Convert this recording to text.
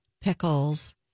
pickles